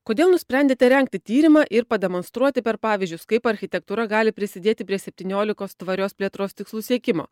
kodėl nusprendėte rengti tyrimą ir pademonstruoti per pavyzdžius kaip architektūra gali prisidėti prie septyniolikos tvarios plėtros tikslų siekimo